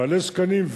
בעלי זקנים,